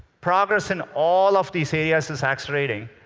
progress in all of these areas is accelerating,